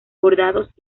bordados